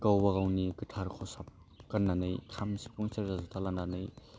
गावबा गावना गोथार खसाबखौ गान्नानै खाम सिफुं सेरजा जथा लानानै